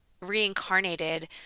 reincarnated